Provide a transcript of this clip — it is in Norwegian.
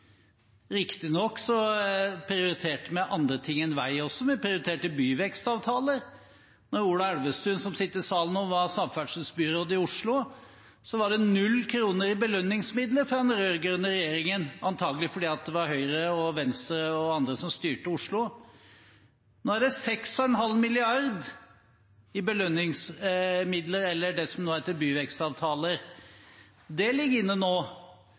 prioriterte vi andre ting enn vei også: Vi prioriterte byvekstavtaler. Da Ola Elvestuen, som sitter i salen nå, var samferdselsbyråd i Oslo, var det 0 kr i belønningsmidler fra den rød-grønne regjeringen, antagelig fordi det var Høyre, Venstre og andre som styrte Oslo. Nå er det 6,5 mrd. kr i belønningsmidler, eller det som nå heter byvekstavtaler – det ligger inne nå.